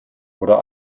oder